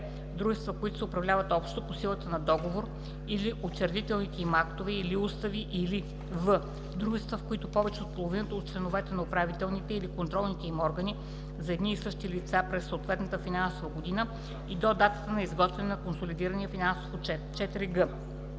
дружества, които се управляват общо по силата на договор или учредителните им актове или устави, или в) дружества, в които повече от половината от членовете на управителните или контролните им органи са едни и същи лица през съответната финансова година и до датата на изготвяне на консолидирания финансов отчет. 4г.